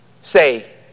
Say